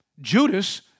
Judas